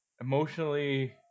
emotionally